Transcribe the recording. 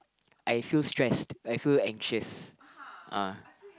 I feel stressed I feel anxious ah